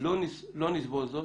נסבול זאת,